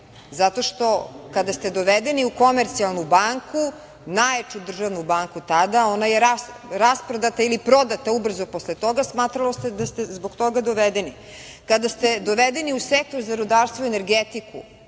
Zato što kada ste dovedeni u "Komercijalnu banku", najjaču državnu banku tada, ona je rasprodata ili prodata ubrzo posle toga i smatralo se da ste zbog toga dovedeni. Kada ste dovedeni u sektor za rudarstvo i energetiku,